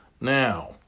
Now